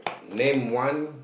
name one